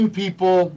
people